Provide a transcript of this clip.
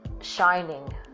shining